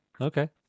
Okay